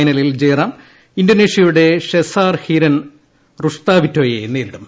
ഫൈനലിൽ ജയറാം ഇന്തോനേഷ്യയുടെ Shesar Hiren റുഷ്താവിറ്റോയെ നേരിടും